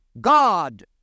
God